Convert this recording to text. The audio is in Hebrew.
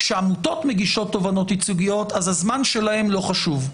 כשעמותות מגישות תובענות ייצוגיות אז הזמן שלהן לא חשוב.